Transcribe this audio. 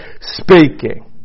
speaking